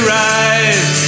rise